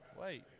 wait